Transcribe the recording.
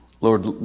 Lord